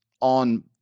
on